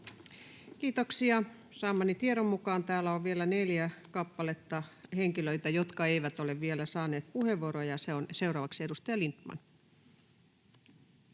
Kiitoksia. — Saamani tiedon mukaan täällä on vielä neljä kappaletta henkilöitä, jotka eivät ole vielä saaneet puheenvuoroa. — Seuraavaksi edustaja Lindtman.